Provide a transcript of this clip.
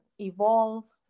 evolve